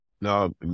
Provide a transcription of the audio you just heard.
No